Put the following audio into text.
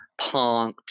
punked